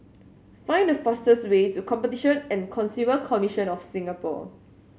find the fastest way to Competition and Consumer Commission of Singapore